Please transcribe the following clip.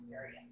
area